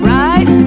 right